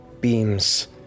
beams